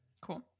Cool